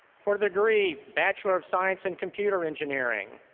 for the degree bachelor of science in computer engineering,